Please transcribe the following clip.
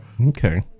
Okay